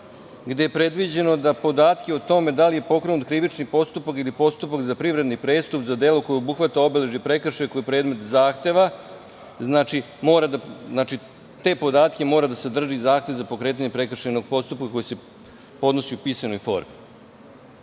gde je predviđeno da podatke o tome da li je pokrenut krivični postupak ili postupak za privredni prestup za delo koje obuhvata obeležje prekršaja koji je predmet zahteva. Znači, te podatke mora da sadrži zahtev za pokretanje prekršajnog postupak, koji se podnosi u pisanoj formi. Mi